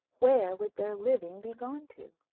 where would their living be gone to?